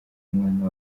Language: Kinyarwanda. umwana